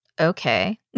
Okay